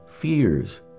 fears